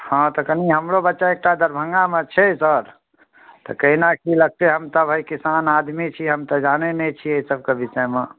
हँ तऽ कनी हमरो बच्चा एकटा दरभङ्गामे छै सर तऽ केना की लगतै हम तऽ भाय किसान आदमी छी हम तऽ जानै नहि छियै एहि सभके विषयमे